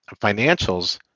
financials